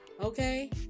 Okay